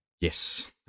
Yes